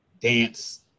dance